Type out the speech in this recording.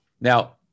Now